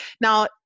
Now